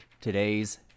today's